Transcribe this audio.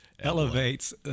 elevates